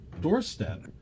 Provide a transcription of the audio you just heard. doorstep